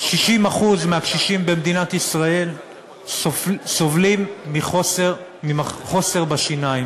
60% מהקשישים במדינת ישראל סובלים מחוסר בשיניים.